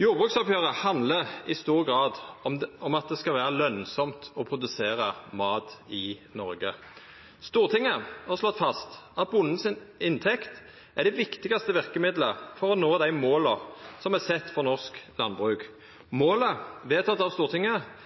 Jordbruksoppgjeret handlar i stor grad om at det skal vera lønsamt å produsera mat i Noreg. Stortinget har slått fast at inntekta til bonden er det viktigaste verkemidlet for å nå dei måla som er sette for norsk landbruk. Målet, vedteke av Stortinget,